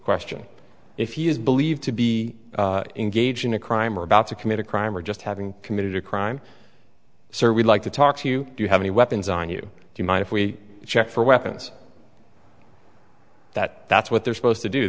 question if he is believed to be engaged in a crime or about to commit a crime or just having committed a crime so we like to talk to you do you have any weapons on you do you mind if we check for weapons that that's what they're supposed to do